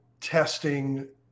testing